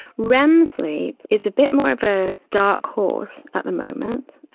rem sleep is a bit more of a dark horse at the moment.